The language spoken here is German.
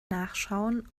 nachschauen